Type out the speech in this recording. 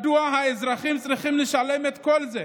מדוע האזרחים צריכים לשלם את כל זה?